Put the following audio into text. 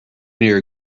near